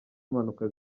impanuka